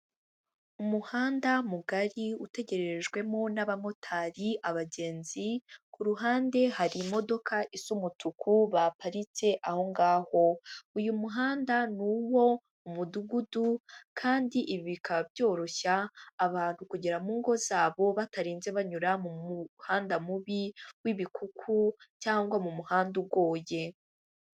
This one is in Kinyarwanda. Umuhanda mugari utegererejwemo n'abamotari abagenzi, ku ruhande hari imodoka isa umutuku baparitse aho ngaho. Uyu muhanda ni uwo mu mudugudu kandi ibi bikaba byoroshya abantu kugera mu ngo zabo, batarinze banyura mu muhanda mubi w'ibikuku cyangwa mu muhanda ugoye.